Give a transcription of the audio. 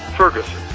Ferguson